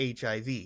HIV